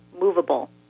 movable